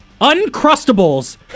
Uncrustables